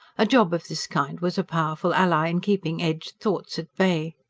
a job of this kind was a powerful ally in keeping edged thoughts at bay.